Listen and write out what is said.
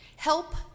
Help